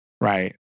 right